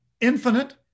infinite